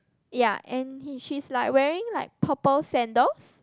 ya and he she's like wearing like purple sandals